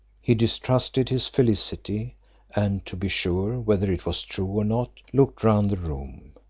he distrusted his felicity and, to be sure whether it was true or not, looked round the room.